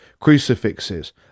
crucifixes